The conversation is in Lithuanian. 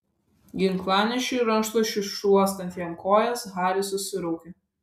ginklanešiui rankšluosčiu šluostant jam kojas haris susiraukė